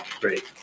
great